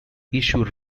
issue